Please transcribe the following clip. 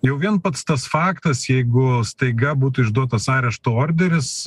jau vien pats tas faktas jeigu staiga būtų išduotas arešto orderis